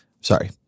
sorry